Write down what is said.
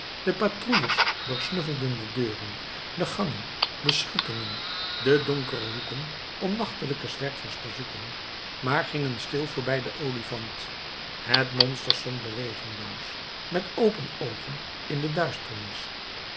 de patrouilles doorsnuffelden de deuren de gangen de schuttingen de donkere hoeken om nachtelijke zwervers te zoeken maar gingen stil voorbij den olifant het monster stond bewegingloos met open oogen in de duisternis